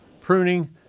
Pruning